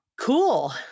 Cool